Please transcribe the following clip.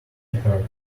heard